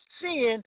seeing